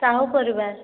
ସାହୁ ପରିବା